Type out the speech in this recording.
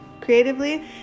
creatively